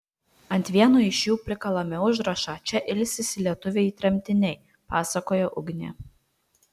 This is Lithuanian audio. ant vieno iš jų prikalame užrašą čia ilsisi lietuviai tremtiniai pasakoja ugnė